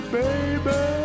baby